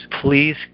Please